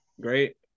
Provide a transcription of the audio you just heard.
Great